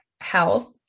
health